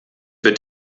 wird